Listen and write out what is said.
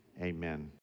amen